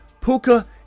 Puka